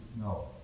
No